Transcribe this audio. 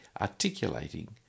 articulating